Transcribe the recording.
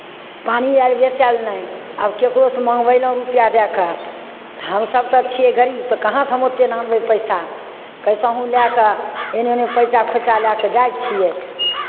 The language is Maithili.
पानि आयल बेचल नहि आब ककरोसँ मङ्गबयलहुँ रुपैआ दए कऽ तऽ हमसभ तऽ छियै गरीब तऽ कहाँसँ हम ओतेक आनबै पैसा कैसहुँ कए कऽ एन्नऽ ओन्नऽ पैंचा खोइचा लए कऽ जाइ छियै